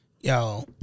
Yo